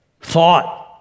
thought